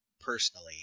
personally